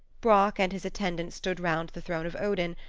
brock and his attendants stood round the throne of odin,